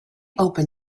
open